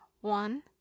one